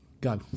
go